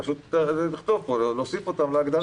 פשוט צריך להוסיף אותם להגדרה.